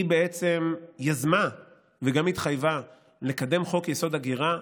היא בעצם יזמה וגם התחייבה לקדם חוק-יסוד: הגירה,